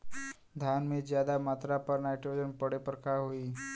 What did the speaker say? धान में ज्यादा मात्रा पर नाइट्रोजन पड़े पर का होई?